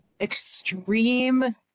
extreme